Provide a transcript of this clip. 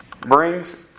brings